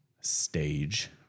stage